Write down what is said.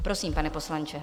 Prosím, pane poslanče.